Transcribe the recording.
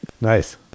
Nice